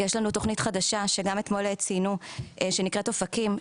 יש לנו תוכנית חדשה שגם אתמול ציינו שנקראת אופקים,